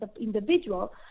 individual